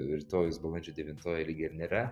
rytojus balandžio devintoji lyg ir nėra